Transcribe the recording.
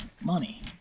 money